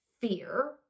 fear